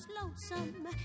lonesome